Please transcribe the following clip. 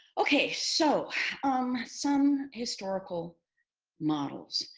okay, so some historical models.